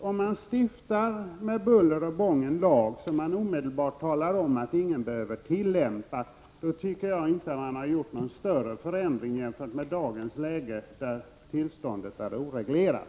Om man stiftar en lag med buller och bång och omedelbart talar om att ingen behöver tillämpa den, tycker jag att man inte har gjort någon större förändring jämfört med dagens läge där situationen är oreglerad.